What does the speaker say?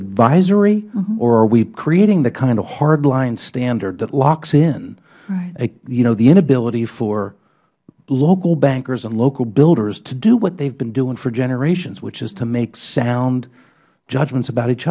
advisory or are we creating the kind of hardline standard that locks in the inability for local bankers and local builders to do what they have been doing for generations which is to make sound judgments about each